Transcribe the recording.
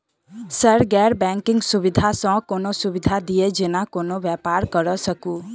Sir गैर banking सुविधा सँ कोनों सुविधा दिए जेना कोनो व्यापार करऽ सकु?